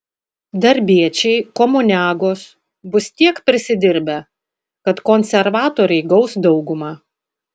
darbiečiai komuniagos bus tiek prisidirbę kad konservatoriai gaus daugumą